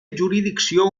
jurisdicció